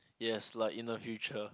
yes like in the future